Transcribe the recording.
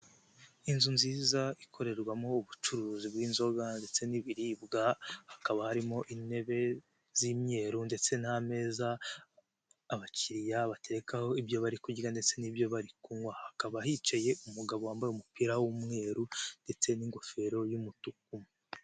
Inzu nziza ikorerwamo ubucuruzi bw'inzoga ndetse n'ibiribwa hakaba harimo intebe z'imyeru ndetse n'amezaza abakiriya baterekaho ibyo bari kurya ndetse n'ibyo bari kunywa, hakaba hicaye umugabo wambaye umupira w'umweru ndetse n'ingofero y'umutuku.